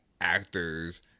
actors